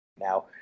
now